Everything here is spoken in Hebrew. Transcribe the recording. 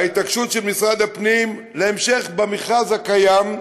ההתעקשות של משרד הפנים להמשך במכרז הקיים,